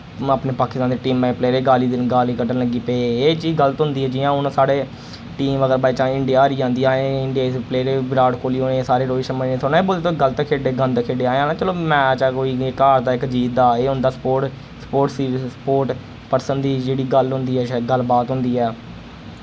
अपने पाकिस्तान दे टीमें दे प्लेयरें गाली देने गाली कड्ढन लगी पे एह् चीज गल्त होंदी ऐ जि'यां हुन साढ़े टीम अगर बाय चांस इंडिया हारी जन्दी असैं इंडिया दे प्लयेरें विराट कोहली हुन एह् सारे रोहित शर्मा इयां थोह्ड़ी बोल्ली सकदे गल्त खेले गंद खेढे असैं आखना चलो मैच ऐ कोई नि इक हारदा इक जीत दा एह् होंदा स्पोर्ट स्पोर्ट सी स्पोर्ट पर्सन दी जेह्ड़ी गल्ल होंदी ऐ जां गल्ल बात होंदी ऐ